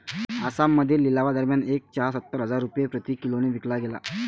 आसाममध्ये लिलावादरम्यान एक चहा सत्तर हजार रुपये प्रति किलोने विकला गेला